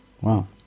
Wow